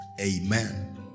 Amen